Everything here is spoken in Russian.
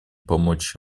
помочь